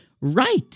right